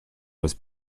was